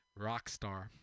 Rockstar